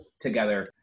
together